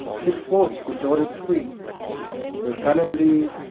put forth disorder'd twigs her fallow leas,